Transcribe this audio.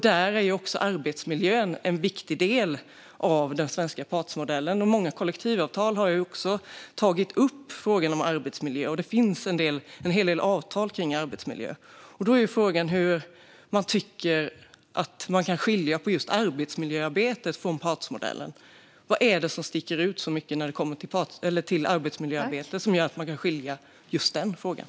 Där är också arbetsmiljön en viktig del av partsmodellen. Många kollektivavtal har också tagit upp frågan om arbetsmiljö. Det finns en hel del avtal kring arbetsmiljö. Då är frågan hur man tycker att man kan skilja just arbetsmiljöarbetet från partsmodellen. Vad är det som sticker ut så mycket när det kommer till arbetsmiljöarbete som gör att man kan skilja ut just den frågan?